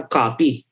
copy